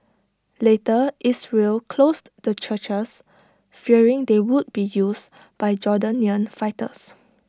later Israel closed the churches fearing they would be used by Jordanian fighters